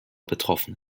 betroffen